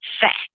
fact